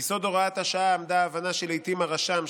ביסוד הוראת השעה עמדה ההבנה שלעיתים הרשם,